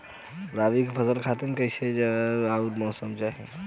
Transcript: रबी क फसल खातिर कइसन जलवाय अउर मौसम चाहेला?